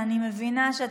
בבקשה,